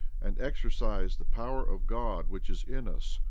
and exercise the power of god which is in us,